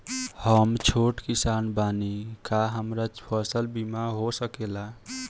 हम छोट किसान बानी का हमरा फसल बीमा हो सकेला?